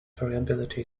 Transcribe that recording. variability